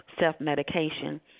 self-medication